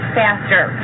faster